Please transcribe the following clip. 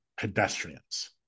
pedestrians